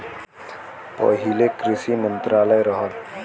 पहिले कृषि मंत्रालय रहल